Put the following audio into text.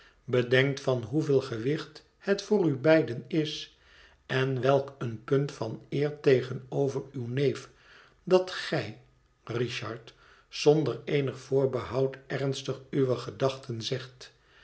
bedenkt van hoeveel gewicht het voor u beiden is en welk een punt van eer tegenover uw neef dat gij richard zonder eenig voorbehoud ernstig uwe gedachten zegt